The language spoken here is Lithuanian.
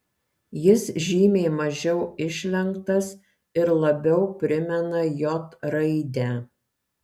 jis žymiai mažiau išlenktas ir labiau primena j raidę